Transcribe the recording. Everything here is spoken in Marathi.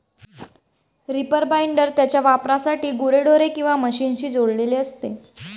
रीपर बाइंडर त्याच्या वापरासाठी गुरेढोरे किंवा मशीनशी जोडलेले असते